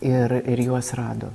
ir ir juos rado